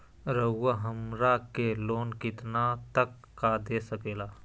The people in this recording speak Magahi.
रउरा हमरा के लोन कितना तक का दे सकेला?